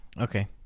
Okay